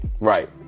right